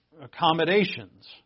accommodations